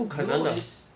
no is